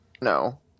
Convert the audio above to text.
No